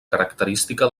característica